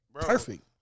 Perfect